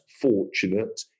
fortunate